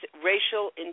racial